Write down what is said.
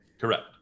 correct